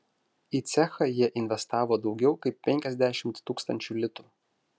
į cechą jie investavo daugiau kaip penkiasdešimt tūkstančių litų